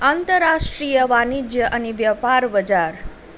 अन्तर्राष्ट्रिय वाणिज्य अनि व्यापार बजार